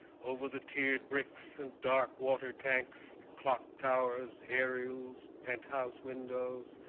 over the tiered bricks and dark water tanks, clock towers, aerials, penthouse windows,